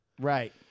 Right